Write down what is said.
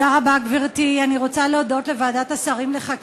רבותי, אנחנו עוברים לשתי הצעות חוק